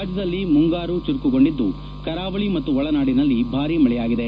ರಾಜ್ಯದಲ್ಲಿ ಮುಂಗಾರು ಚುರುಕುಗೊಂಡಿದ್ದು ಕರಾವಳಿ ಮತ್ತು ಒಳನಾಡಿನಲ್ಲಿ ಭಾರಿ ಮಳೆಯಾಗಿದೆ